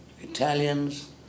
Italians